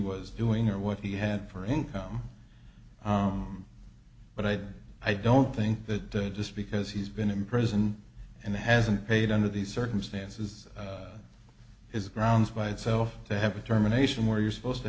was doing or what he had for income but i don't i don't think that just because he's been in prison and hasn't paid under these circumstances is grounds by itself to have a terminations where you're supposed to